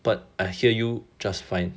but I hear you just fine